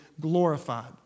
glorified